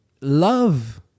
love